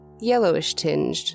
yellowish-tinged